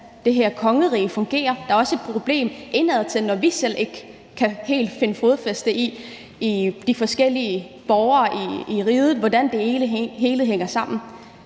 det her kongerige fungerer. Der er også et problem indadtil, når vi selv ikke helt kan finde fodfæste i forhold til de forskellige borgere i riget, altså hvordan det hele hænger sammen.